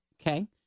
Okay